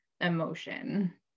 emotion